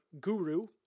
guru